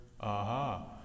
Aha